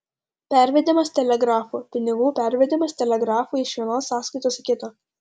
pervedimas telegrafu pinigų pervedimas telegrafu iš vienos sąskaitos į kitą